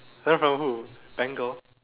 learn from who